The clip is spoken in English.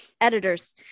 Editors